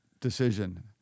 decision